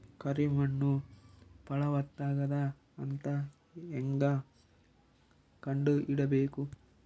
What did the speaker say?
ಕರಿ ಮಣ್ಣು ಫಲವತ್ತಾಗದ ಅಂತ ಹೇಂಗ ಕಂಡುಹಿಡಿಬೇಕು?